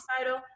title